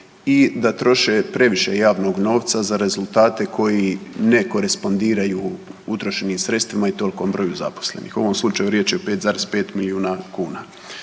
i da troše previše javnog novca za rezultate koji ne korespondiraju utrošenim sredstvima i tolikom broju zaposlenih. U ovom slučaju riječ je o 5,5 miliona kuna.